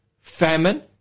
famine